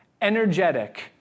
energetic